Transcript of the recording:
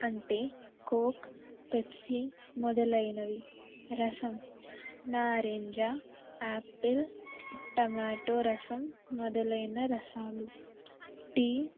అంటే coke Pepsi మొదలైనవి రసం నారేంజా ఆపిల్ టమాటో రసం మొదలైన రసాలు టీ